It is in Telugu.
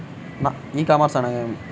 ఈ కామర్స్ అనగా నేమి?